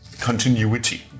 continuity